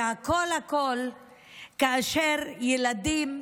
והכול הכול כאשר ילדים,